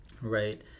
Right